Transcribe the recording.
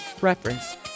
Reference